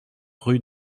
rue